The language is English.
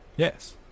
Yes